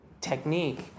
technique